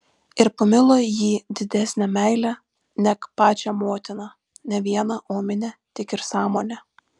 ir pamilo jį didesne meile neg pačią motiną ne viena omine tik ir sąmone